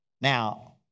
Now